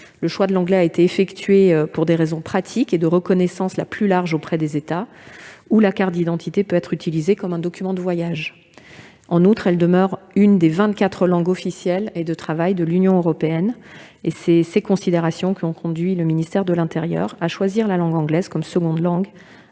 Le choix de l'anglais a été effectué également pour des raisons pratiques et de reconnaissance la plus large auprès des États où la carte d'identité peut être utilisée comme document de voyage. En outre, l'anglais figure parmi les vingt-quatre langues officielles et de travail de l'Union européenne. Telles sont les considérations qui ont conduit le ministère de l'intérieur à choisir la langue anglaise comme seconde langue